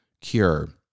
cure